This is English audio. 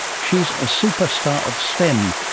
she's a superstar of stem,